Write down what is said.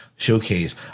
Showcase